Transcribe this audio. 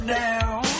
down